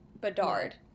Bedard